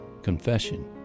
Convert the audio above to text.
confession